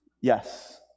Yes